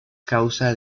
causa